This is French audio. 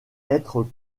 être